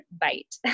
bite